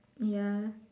ya